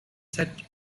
set